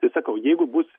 tai sakau jeigu bus